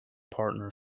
partner